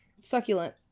Succulent